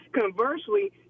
Conversely